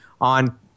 on